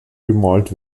bemalt